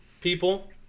people